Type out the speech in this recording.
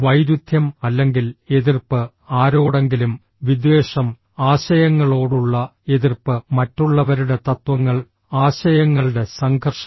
വൈരുദ്ധ്യം അല്ലെങ്കിൽ എതിർപ്പ് ആരോടെങ്കിലും വിദ്വേഷം ആശയങ്ങളോടുള്ള എതിർപ്പ് മറ്റുള്ളവരുടെ തത്വങ്ങൾ ആശയങ്ങളുടെ സംഘർഷം